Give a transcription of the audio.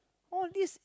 all this